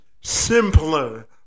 simpler